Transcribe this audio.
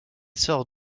sort